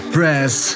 Press